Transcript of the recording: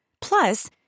Plus